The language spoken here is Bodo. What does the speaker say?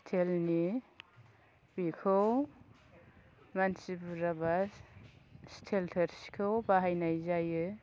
स्टिलनि बिखौ मानसि बुरजाबा स्टिल थोर्सिखौ बाहायनाय जायो